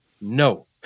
no